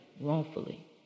wrongfully